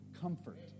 comfort